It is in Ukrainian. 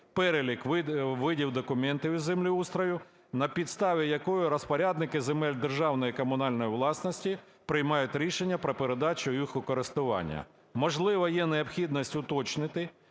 перелік видів документів із землеустрою, на підставі якого розпорядники земель державної і комунальної власності приймають рішення про передачу їх у користування? Можливо, є необхідність уточнити,